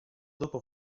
dopo